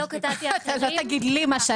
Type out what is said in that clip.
אני לא קטעתי אחרים.